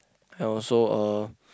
and also uh